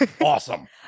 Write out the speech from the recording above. Awesome